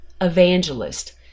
evangelist